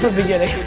beginning.